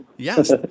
Yes